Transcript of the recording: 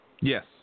Yes